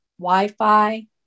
Wi-Fi